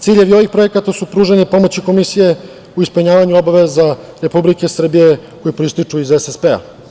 Ciljevi ovih projekata su pružanje pomoći Komisije u ispunjavanju obaveza Republike Srbije, koji proističu iz SSP-a.